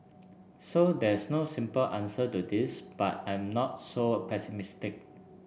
so there's no simple answer to this but I'm not so pessimistic